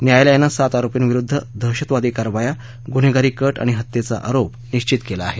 न्यायालयानं सात आरोपींविरुद्ध दहशतवादी कारवाया गुन्हेगारी कट आणि हत्येचा आरोप निश्चित केला आहे